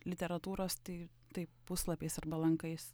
literatūros tai taip puslapiais arba lankais